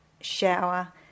shower